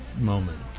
moment